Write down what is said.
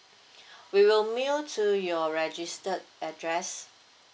we will mail to your registered address